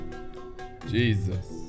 Jesus